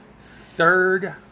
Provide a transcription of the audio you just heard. third